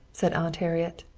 said aunt harriet.